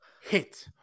hit